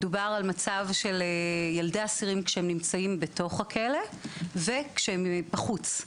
מדובר על מצב של ילדי אסירים כשהם נמצאים בתוך הכלא וכשהם בחוץ,